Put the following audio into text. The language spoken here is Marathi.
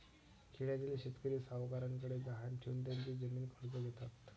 खेड्यातील शेतकरी सावकारांकडे गहाण ठेवून त्यांची जमीन कर्ज घेतात